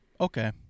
okay